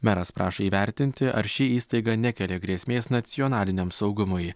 meras prašo įvertinti ar ši įstaiga nekelia grėsmės nacionaliniam saugumui